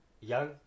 young